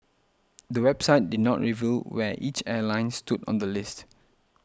the website did not reveal where each airline stood on the list